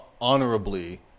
honorably